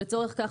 לצורך כך,